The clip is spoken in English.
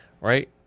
right